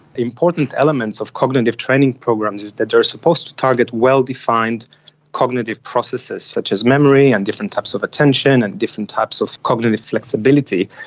important elements of cognitive training programs is that they are supposed to target well defined cognitive processes such as memory and different types of attention and different types of cognitive flexibility.